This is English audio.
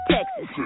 Texas